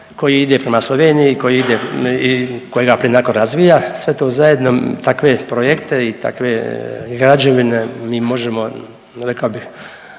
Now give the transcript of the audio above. koji ide prema Sloveniji i koji ide i kojega Plinacro razvija. Sve to zajedno takve projekte i takve građevine mi možemo rekao bih